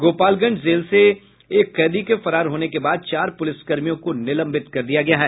Gopalganj jail से एक कैदी के फरार होने के बाद चार पुलिसकर्मियों को निलंबित कर दिया गया है